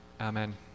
amen